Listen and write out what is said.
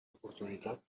oportunitat